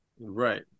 right